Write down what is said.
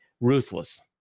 ruthless